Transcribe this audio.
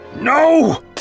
No